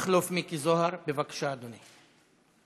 מכלוף מיקי זוהר, בבקשה, אדוני.